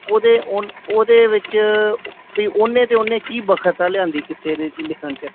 ਉਹਦੇ ਉਨ ਉਹਦੇ ਵਿੱਚ ਵੀ ਬਈ ਉਹਨੇ ਤੇ ਉਹਨੇ ਕੀ ਬਖਤਾ ਲਿਆਉਂਦੀ ਕਿੱਸੇ ਦੇ ਲਿਖਣ 'ਚ